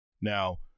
Now